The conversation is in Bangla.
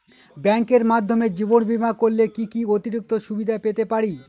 ব্যাংকের মাধ্যমে জীবন বীমা করলে কি কি অতিরিক্ত সুবিধে পেতে পারি?